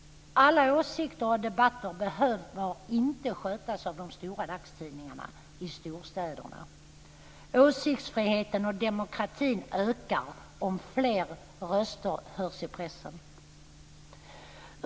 Alla åsikter och debatter behöver dock inte skötas av de stora dagstidningarna i storstäderna. Åsiktsfriheten och demokratin ökar om fler röster hörs i pressen.